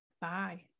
Bye